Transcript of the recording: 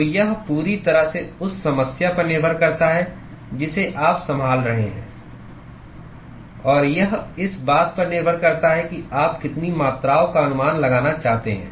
तो यह पूरी तरह से उस समस्या पर निर्भर करता है जिसे आप संभाल रहे हैं और यह इस बात पर निर्भर करता है कि आप कितनी मात्राओं का अनुमान लगाना चाहते हैं